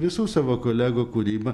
visų savo kolegų kūrybą